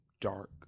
dark